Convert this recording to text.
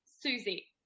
Susie